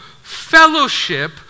fellowship